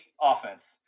offense